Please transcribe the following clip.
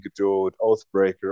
Oathbreaker